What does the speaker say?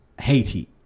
Haiti